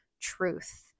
truth